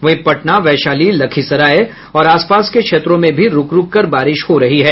वहीं पटना वैशाली लखीसराय और आस पास के क्षेत्रों में भी रूक रूक कर बारिश हो रही है